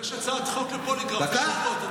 יש הצעת חוק לפוליגרף השבוע.